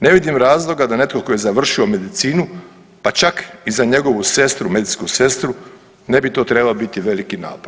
Ne vidim razloga da netko tko je završio medicinu, pa čak i za njegovu sestru, medicinsku sestru ne bi to trebao biti veliki napor.